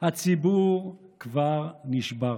הציבור כבר נשבר: